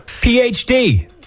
phd